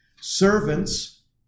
Servants